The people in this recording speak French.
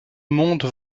monde